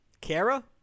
Kara